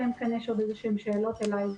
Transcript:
אלא אם כן יש עוד איזשהן שאלות אליי.